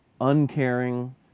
uncaring